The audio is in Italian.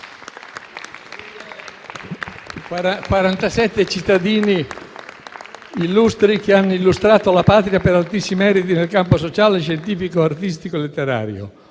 cittadini che hanno illustrato la Patria per altissimi meriti nel campo sociale, scientifico, artistico e letterario.